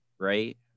Right